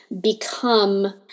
become